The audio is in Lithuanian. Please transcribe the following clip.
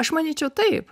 aš manyčiau taip